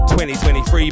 2023